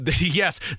Yes